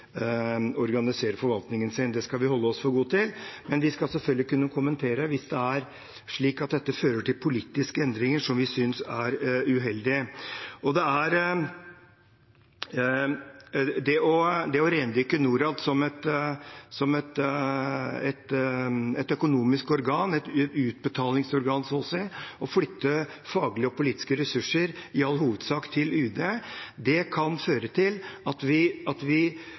forvaltningen sin. Det skal vi holde oss for gode til. Men vi skal selvfølgelig kunne kommentere det hvis det fører til politiske endringer som vi synes er uheldige. Det å rendyrke Norad som et økonomisk organ, så å si et utbetalingsorgan, og i all hovedsak flytte faglige og politiske ressurser til UD kan føre til at vi skiller mellom det økonomiske og det faglige på en uheldig måte. I tillegg fører det til at